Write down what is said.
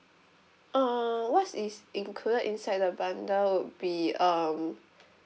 uh what's is included inside the bundle would be um